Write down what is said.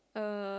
uh